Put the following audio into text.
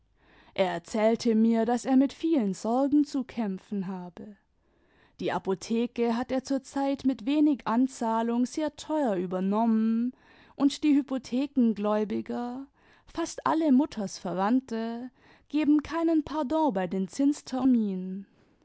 er erzählte mir daß er mit vielen sorgen zu kämpfen habe die apotheke hat er zur zeit mit wenig anzahlung sehr teuer übernommen und die hypothekengläubiger fast alle mutters verwandte geben keinen pardon bei den